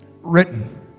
written